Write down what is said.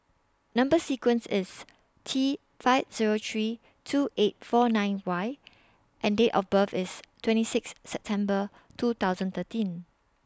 Number sequence IS T five Zero three two eight four nine Y and Date of birth IS twenty six September two thousand thirteen